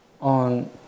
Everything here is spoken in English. on